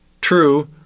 true